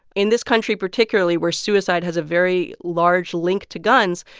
in this country particularly, where suicide has a very large link to guns,